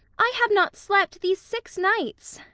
i have not slept these six nights.